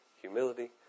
humility